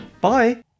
Bye